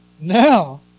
Now